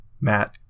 Matt